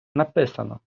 написано